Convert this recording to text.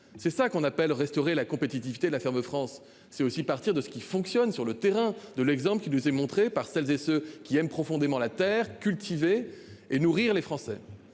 C'est ça qu'on appelle restaurer la compétitivité. La ferme France c'est aussi partir de ce qui fonctionne sur le terrain de l'exemple qui nous montré par celles et ceux qui aiment profondément la terre cultiver et nourrir les Français.